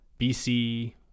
BC